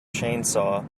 chainsaw